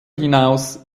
hinaus